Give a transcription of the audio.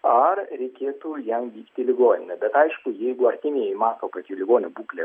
ar reikėtų jam vykti į ligoninę bet aišku jeigu artimieji mato kad jau ligonio būklė